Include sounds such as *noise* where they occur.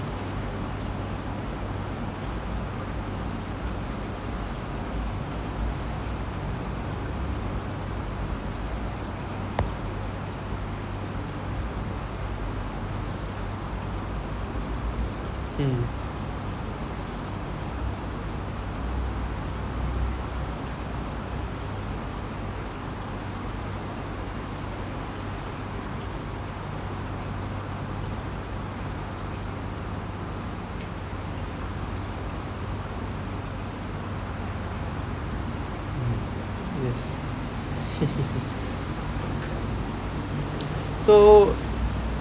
mm *laughs* so